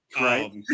Right